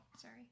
Sorry